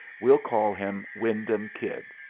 we'll call him wyndham kid.